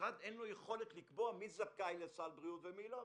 למשרד אין יכולת לקבוע מי זכאי לסל בריאות ומי לא,